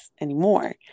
anymore